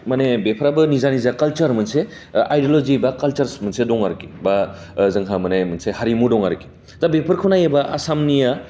मानि बेफ्राबो निजा निजा कालचार मोनसे आइड'लजि बा कालचारस मोनसे दं आरोखि बा जोंहा मानि मोनसे हारिमु दं आरोखि दा बेफोरखौ नायोबा आसामनिया